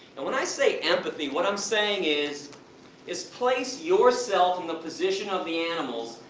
and when i say empathy, what i'm saying is is place yourself in the position of the animals,